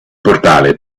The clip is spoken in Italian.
portale